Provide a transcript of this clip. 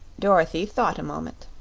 dorothy thought a moment.